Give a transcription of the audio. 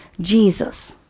Jesus